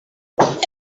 lgbt